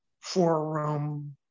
four-room